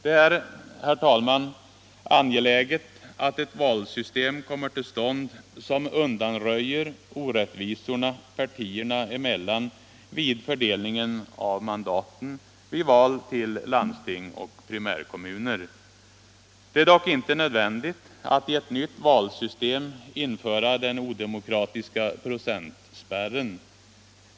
Det är, herr talman, angeläget att ett valsystem kommer till stånd som undanröjer orättvisorna partierna emellan vid fördelningen av mandaten vid valen till landsting och primärkommuner. Det är dock inte nödvändigt att i ett nytt valsystem införa den odemokratiska procentspärren.